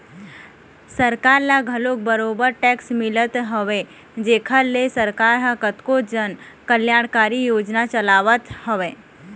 सरकार ल घलोक बरोबर टेक्स मिलत हवय जेखर ले सरकार ह कतको जन कल्यानकारी योजना चलावत हवय